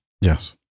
Yes